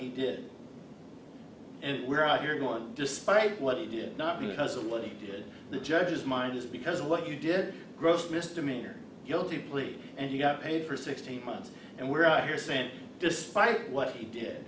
he did and we're out here he won despite what he did not because of what he did the judge's mind is because what you did gross misdemeanor guilty plea and you got paid for sixteen months and we're out here saying despite what he did